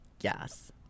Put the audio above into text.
Yes